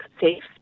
safe